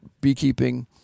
beekeeping